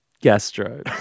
gastro